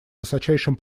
высочайшим